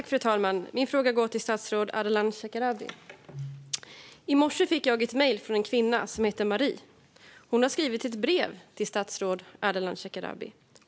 Fru talman! Min fråga går till statsrådet Ardalan Shekarabi. I morse fick jag ett mejl från en kvinna som heter Marie. Hon har skrivit ett brev till statsrådet Ardalan Shekarabi.